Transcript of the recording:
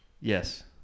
Yes